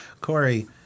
Corey